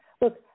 Look